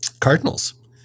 cardinals